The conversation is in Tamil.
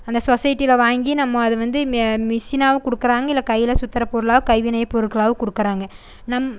அந்த சொசைட்டியில் வாங்கி நம்ம அது வந்து மே மிஷினாகவும் கொடுக்கறாங்க இல்லை கையில் சுத்தற பொருளாக கைவினையை பொருள்களாவும் கொடுக்கறாங்க நம்